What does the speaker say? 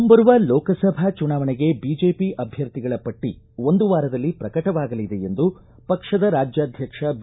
ಮುಂಬರುವ ಲೋಕಸಭಾ ಚುನಾವಣೆಗೆ ಬಿಜೆಪಿ ಅಭ್ಯರ್ಥಿಗಳ ಪಟ್ಟ ಒಂದು ವಾರದಲ್ಲಿ ಪ್ರಕಟವಾಗಲಿದೆ ಎಂದು ಪಕ್ಷದ ರಾಜ್ಯಾಧ್ವಕ್ಷ ಬಿ